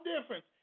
difference